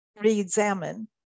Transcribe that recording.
re-examine